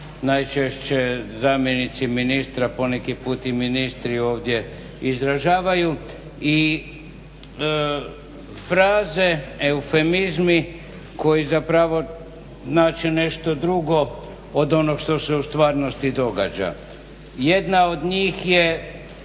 najčešće zamjenici ministra, poneki put i ministri ovdje izražavaju i fraze, eufemizmi koji zapravo znače nešto drugo od onog što se u stvarnosti događa. Jedna od njih je